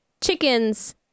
chickens